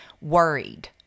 worried